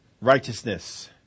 righteousness